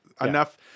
enough